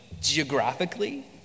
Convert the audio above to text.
geographically